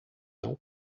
não